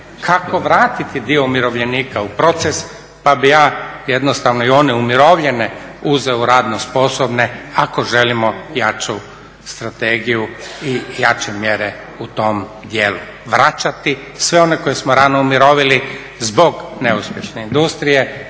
kako vratiti dio umirovljenika u proces pa bi ja jednostavno i one umirovljene uzeo u radno sposobne ako želimo jaču strategiju i jače mjere u tom djelu. Vraćati sve one koje smo rano umirovili zbog neuspješne industrije